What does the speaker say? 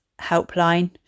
helpline